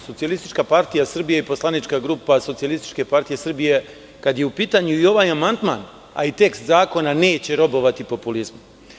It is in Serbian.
Socijalistička partija Srbije i poslanička grupa SPS, kada je u pitanju i ovaj amandman i tekst zakona, neće robovati populizmu.